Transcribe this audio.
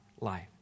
life